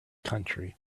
country